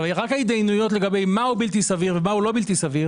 רק ההתדיינויות לגבי מהו בלתי סביר ומהו לא בלתי סביר,